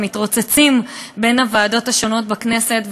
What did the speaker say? מתרוצצים בין הוועדות השונות בכנסת,